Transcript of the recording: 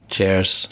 Cheers